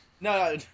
No